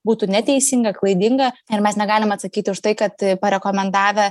būtų neteisinga klaidinga ir mes negalime atsakyti už tai kad parekomendavę